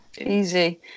Easy